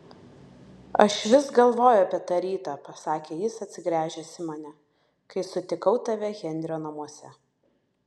aš vis galvoju apie tą rytą pasakė jis atsigręžęs į mane kai sutikau tave henrio namuose